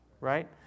right